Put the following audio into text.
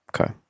Okay